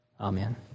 Amen